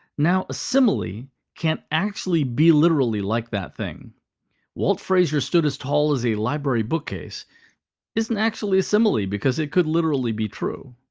now, a simile can't actually be literally like that thing walt frazier stood as tall as a library bookcase isn't actually a simile, because it could literally be true.